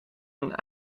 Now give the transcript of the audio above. een